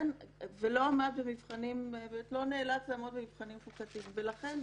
זה לא נאלץ לעמוד במבחנים חוקתיים ולכן,